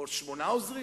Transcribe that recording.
או שמונה עוזרים?